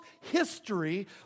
history